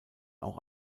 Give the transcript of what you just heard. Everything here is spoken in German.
auch